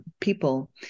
people